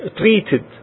treated